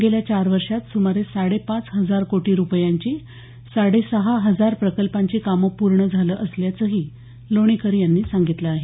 गेल्या चार वर्षात सुमारे साडेपाच हजार कोटी रुपयांची साडेसहा हजार प्रकल्पांची कामं पूर्ण झालं असल्याचंही लोणीकर यांनी सांगितलं आहे